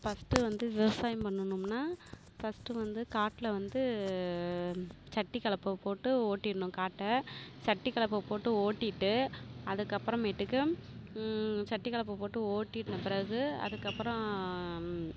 first வந்து விவசாயம் பண்ணணும்னா ஃபஸ்ட்டு வந்து காட்டில் வந்து சட்டி கலப்பை போட்டு ஓட்டிடணும் காட்டை சட்டி கலப்பை போட்டு ஓட்டிட்டு அதுக்கப்பறமேட்டுக்கு சட்டி கலப்பை போட்டு ஓட்டின பிறகு அதுக்கப்புறம்